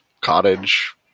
cottage